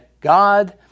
God